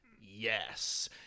yes